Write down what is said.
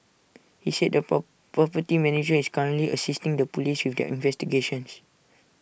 he said the property manager is currently assisting the Police with their investigations